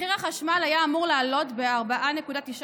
מחיר החשמל היה אמור לעלות ב-4.9%,